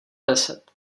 deset